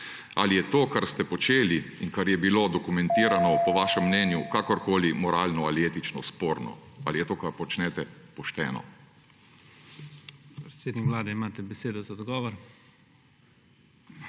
Ali je to, kar ste počeli in kar je bilo dokumentiranopo vašem mnenju kakorkoli moralno ali etično sporno? Ali je to, kar počnete, pošteno?